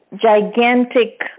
gigantic